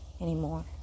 anymore